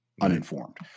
Uninformed